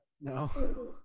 no